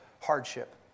hardship